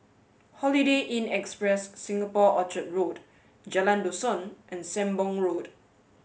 holiday Inn Express Singapore Orchard Road Jalan Dusun and Sembong Road